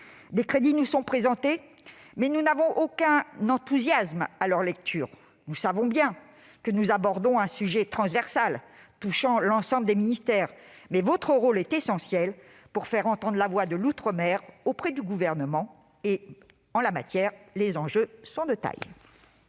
des crédits nous sont présentés, mais leur lecture ne nous inspire aucun enthousiasme. Nous savons bien que nous abordons un sujet transversal, touchant l'ensemble des ministères, mais votre rôle est essentiel pour faire entendre la voix de l'outre-mer auprès du Gouvernement. Les enjeux sont de taille